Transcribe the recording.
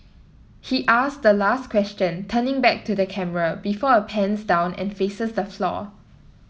he asks the last question turning back to the camera before it pans down and faces the floor